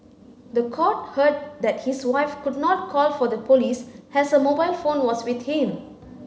the court heard that his wife could not call for the police as her mobile phone was with him